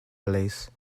release